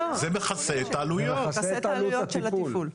זה מכסה את העלויות של הטיפול.